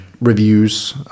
reviews